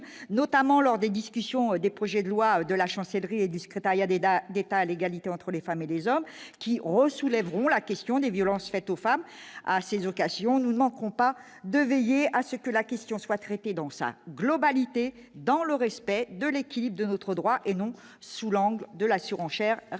notamment lors des discussions, des projets de loi de la chancellerie et du secrétariat d'aide à d'État à l'égalité entre les femmes et les hommes qui au soulèveront la question des violences faites aux femmes à ces occasions, nous ne manquons pas de veiller à ce que la question soit traitée dans sa globalité, dans le respect de l'équilibre de notre droit, et non sous l'angle de la surenchère répressive.